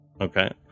Okay